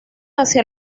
hacia